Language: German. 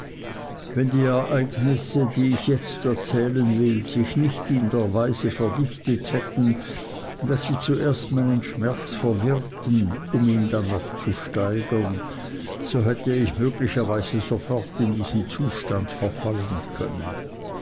wenn die ereignisse die ich jetzt erzählen will sich nicht in der weise verdichtet hätten daß sie zuerst meinen schmerz verwirrten um ihn dann noch zu steigern so hätte ich möglicherweise sofort in diesen zustand verfallen können